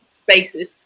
spaces